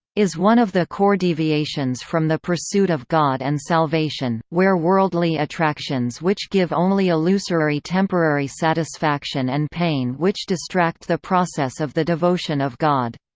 is one of the core deviations from the pursuit of god and salvation where worldly attractions which give only illusory temporary satisfaction and pain which distract the process of the devotion of god.